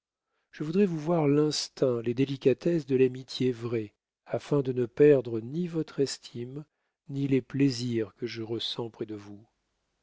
je voudrais vous voir l'instinct les délicatesses de l'amitié vraie afin de ne perdre ni votre estime ni les plaisirs que je ressens près de vous